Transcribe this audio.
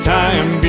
time